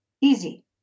easy